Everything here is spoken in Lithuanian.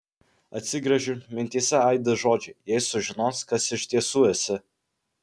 atsigręžiu mintyse aidi žodžiai jei sužinos kas iš tiesų esi